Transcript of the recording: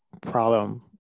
problem